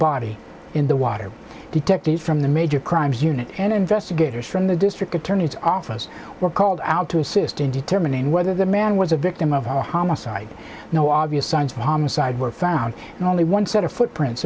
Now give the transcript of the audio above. body in the water detectives from the major crimes unit and investigators from the district attorney's office were called out to assist in determining whether the man was a victim of a homicide no obvious signs of homicide were found and only one set of footprints